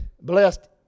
blessed